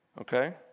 Okay